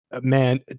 man